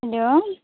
hello